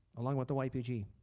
along with the ypg.